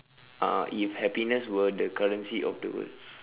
a'ah if happiness were the currency of the world